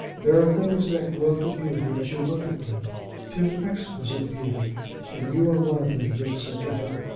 there are things that grow to beauty as you look at them to exquisite beauty and you are one of them, he had said to her.